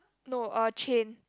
no uh chain